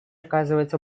оказывается